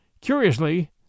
Curiously